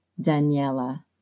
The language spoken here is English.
Daniela